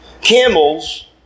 camels